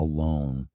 Alone